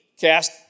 cast